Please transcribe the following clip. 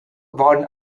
waren